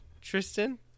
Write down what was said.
Tristan